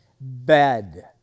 bed